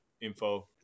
info